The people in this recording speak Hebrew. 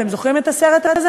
אתם זוכרים את הסרט הזה?